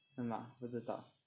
很忙不知道